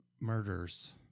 murders